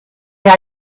that